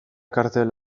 kartel